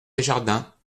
desjardins